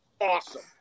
awesome